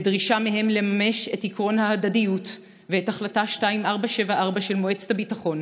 בדרישה מהם לממש את עקרון ההדדיות ואת החלטה 2474 של מועצת הביטחון,